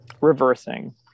reversing